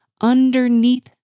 underneath